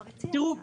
תראו,